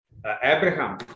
Abraham